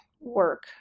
work